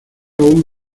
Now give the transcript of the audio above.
aún